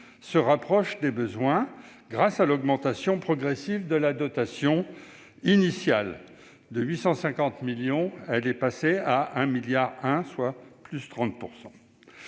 se rapproche des besoins grâce à l'augmentation progressive de la dotation initiale : de 850 millions d'euros, elle est passée à 1,1 milliard d'euros,